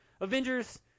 Avengers –